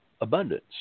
Abundance